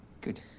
Good